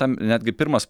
tam netgi pirmas